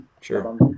sure